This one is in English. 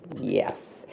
Yes